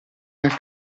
nel